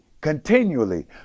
continually